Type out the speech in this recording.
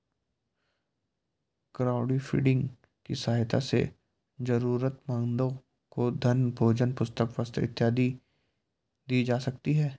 crowdfunding की सहायता से जरूरतमंदों को धन भोजन पुस्तक वस्त्र इत्यादि दी जा सकती है